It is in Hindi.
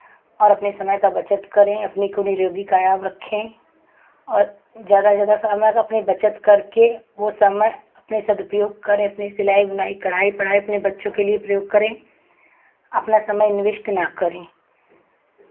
और अपने समय का बचत करें अपने को निरोगी काया आप रखें और ज़्यादा से ज़्यादा समय का अपने बचत करके वो समय अपने सदुपयोग करें अपनी सिलाई बुनाई कढ़ाई पढ़ाई अपने बच्चों के लिए प्रयोग करें अपना समय निविष्ट ना करें